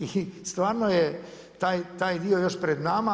I stvarno je taj dio još pred nama.